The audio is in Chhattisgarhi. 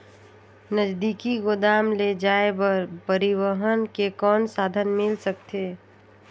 नजदीकी गोदाम ले जाय बर परिवहन के कौन साधन मिल सकथे?